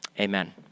amen